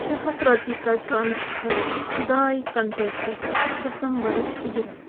شےٚ ہتھ رۄپیہِ کَر ٹرٛانٕسفر داے کنٹیٚکٹَس دَسمبرٕچ اُجرت